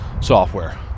software